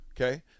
okay